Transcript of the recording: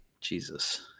Jesus